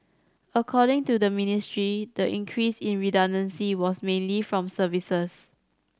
according to the Ministry the increase in redundancy was mainly from services